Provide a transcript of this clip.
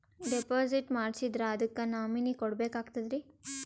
Deposit ಮಾಡ್ಸಿದ್ರ ಅದಕ್ಕ nominee ಕೊಡಬೇಕಾಗ್ತದ್ರಿ?